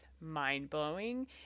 mind-blowing